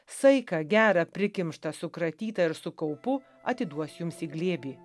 saiką gerą prikimštą sukratytą ir su kaupu atiduos jums į glėbį